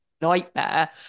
nightmare